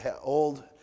old